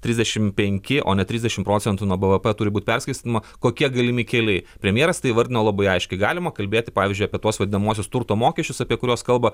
trisdešim penki o ne trisdešim procentų nuo bvp turi būt perskirstoma kokie galimi keliai premjeras tai įvardino labai aiškiai galima kalbėti pavyzdžiui apie tuos vadinamuosius turto mokesčius apie kuriuos kalba